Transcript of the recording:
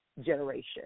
generation